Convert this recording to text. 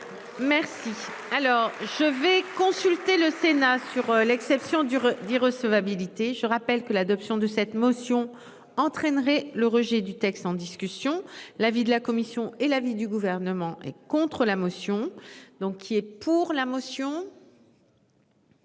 Merci. Alors je vais consulter le Sénat sur l'excès. Dure 10 recevabilité. Je rappelle que l'adoption de cette motion entraînerait le rejet du texte, en discussion l'avis de la commission et l'avis du gouvernement et contre la motion. Donc il est pour la motion.